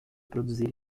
produzir